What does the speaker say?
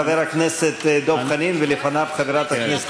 חבר הכנסת דב חנין ולפניו חברת הכנסת